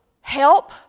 help